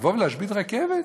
לבוא ולהשבית רכבת,